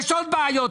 יש עוד בעיות,